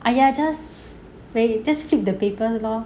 !aiya! just wait just flip the papers lor